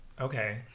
Okay